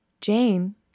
Jane